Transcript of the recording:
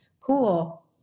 cool